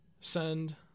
send